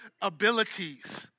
abilities